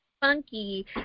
funky